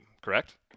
correct